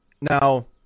Now